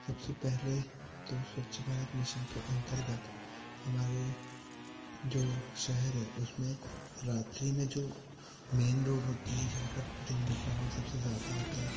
सबसे पहले तो स्वच्छ भारत मिशन के अंतर्गत हमारे जो शहर हैं उसमें रात्री में जो मेन रोड होती हैं जहाँ पर दिन में ट्राफिक सबसे ज़्यादा होता है